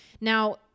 Now